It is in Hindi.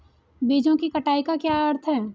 बीजों की कटाई का क्या अर्थ है?